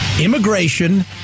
Immigration